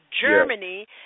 Germany